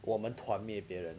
我们团灭别人